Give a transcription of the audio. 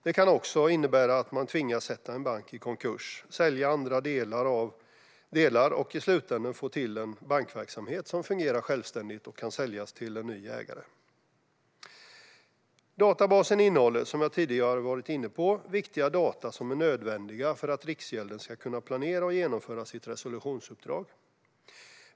Det kan även innebära att man tvingas sätta en bank i konkurs, sälja delar av den och i slutänden få till en bankverksamhet som fungerar självständigt och kan säljas till en ny ägare. Databasen innehåller, som jag tidigare har varit inne på, viktiga data som är nödvändiga för att Riksgälden ska kunna planera och genomföra sitt resolutionsuppdrag.